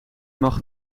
mag